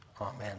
Amen